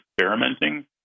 experimenting